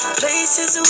places